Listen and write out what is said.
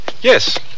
Yes